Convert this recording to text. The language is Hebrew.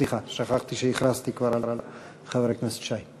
סליחה, שכחתי שכבר הכרזתי על חבר הכנסת שי.